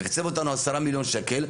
תקצב אותנו ב-10 מיליון שקל,